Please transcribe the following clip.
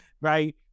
right